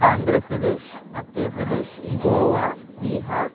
Andhra Pradesh Madhya Pradesh Goa Bihar